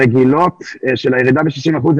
התקנות הרגילות של הירידה ב-60 אחוזים.